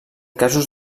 casos